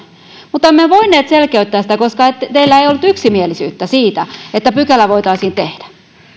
mutta emme voineet selkeyttää sitä koska teillä ei ollut yksimielisyyttä siitä että pykälä voitaisiin tehdä